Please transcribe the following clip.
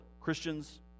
Christians